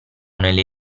nelle